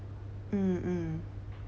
mm mm